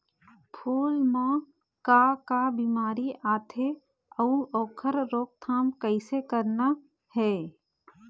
फूल म का का बिमारी आथे अउ ओखर रोकथाम कइसे करना हे?